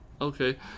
Okay